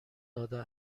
داده